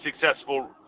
successful